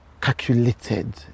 calculated